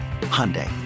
Hyundai